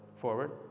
forward